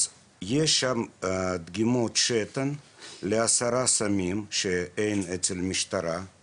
אז יש שם דגימות שתן ל-10 סוגי סמים שאין במשטרה,